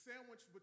sandwiched